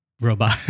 robot